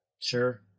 Sure